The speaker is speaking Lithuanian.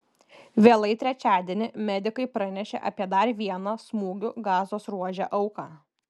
vėlai trečiadienį medikai pranešė apie dar vieną smūgių gazos ruože auką